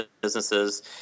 businesses